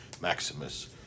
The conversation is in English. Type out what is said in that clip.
Maximus